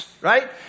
right